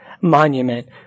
monument